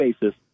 basis